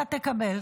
אתה תקבל.